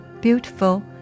beautiful